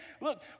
look